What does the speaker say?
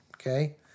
okay